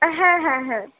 হ্যাঁ হ্যাঁ হ্যাঁ